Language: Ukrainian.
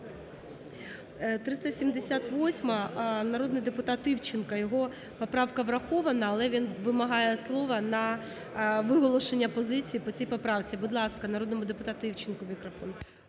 378-а, народний депутат Івченко. Його поправка врахована, але він вимагає слова на виголошення позиції на цій поправці. Будь ласка, народному депутату Івченко, мікрофон.